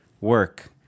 work